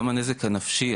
גם הנזק הנפשי,